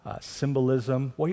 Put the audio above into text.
symbolism